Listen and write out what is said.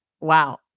wow